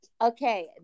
okay